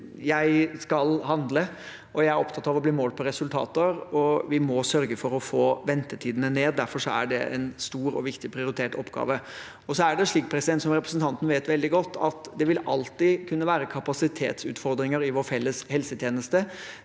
Jeg skal handle, og jeg er opptatt av å bli målt på resultater. Vi må sørge for å få ventetidene ned. Derfor er det en stor og viktig og prioritert oppgave. Som representanten vet veldig godt, vil det alltid kunne være kapasitetsutfordringer i vår felles helsetjeneste.